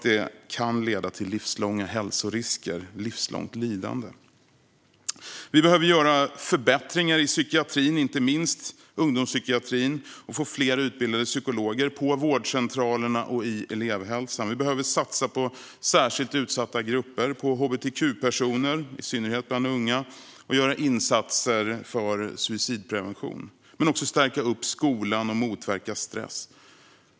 Det kan leda till livslånga hälsorisker och livslångt lidande. Vi behöver göra förbättringar i psykiatrin, inte minst ungdomspsykiatrin, och få fler utbildade psykologer på vårdcentralerna och inom elevhälsan. Vi behöver satsa på särskilt utsatta grupper, till exempel hbtq-personer och i synnerhet unga, och göra insatser för suicidprevention samt stärka skolan och motverka stress.